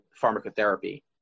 pharmacotherapy